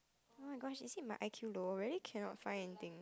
oh-my-gosh is it my i_q low really cannot find anything